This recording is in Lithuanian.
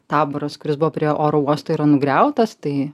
taboras kuris buvo prie oro uosto yra nugriautas tai